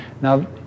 Now